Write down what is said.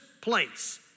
place